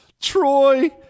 Troy